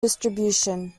distribution